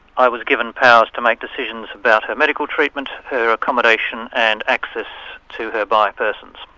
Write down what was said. i was given powers to make decisions about her medical treatment, her accommodation and access to her by persons.